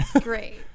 Great